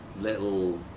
little